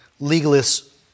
legalists